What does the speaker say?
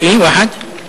1 2